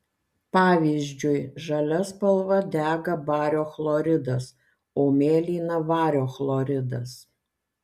pavyzdžiui žalia spalva dega bario chloridas o mėlyna vario chloridas